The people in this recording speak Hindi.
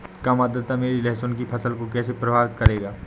कम आर्द्रता मेरी लहसुन की फसल को कैसे प्रभावित करेगा?